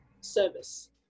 service